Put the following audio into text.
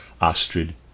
Astrid